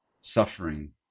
suffering